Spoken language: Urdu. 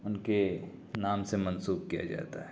ان کے نام سے منسوب کیا جاتا ہے